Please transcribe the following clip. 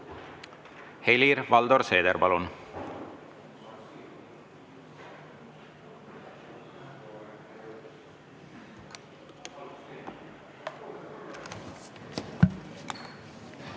Helir-Valdor Seeder, palun!